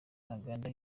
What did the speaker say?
ntaganda